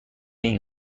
این